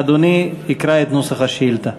אדוני יקרא את נוסח השאילתה.